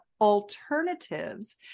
alternatives